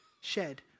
shed